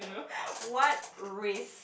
what risk